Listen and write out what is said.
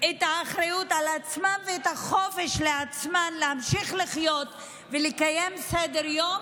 את האחריות על עצמן ואת החופש לעצמן להמשיך לחיות ולקיים סדר-יום,